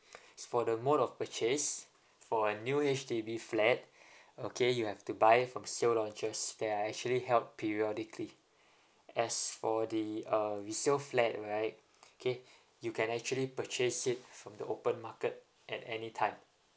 for the mode of purchase for a new H_D_B flat okay you have to buy from sale launches that are actually held periodically as for the uh resale flat right okay you can actually purchase it from the open market at any time